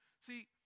See